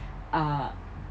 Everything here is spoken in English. uh